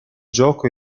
gioco